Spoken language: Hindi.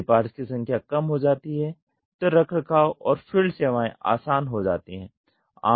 यदि पार्ट्स की संख्या कम हो जाती है तो रखरखाव और फील्ड सेवाएं आसान हो जाती है